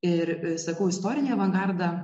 ir sakau istorinį avangardą